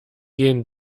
gehen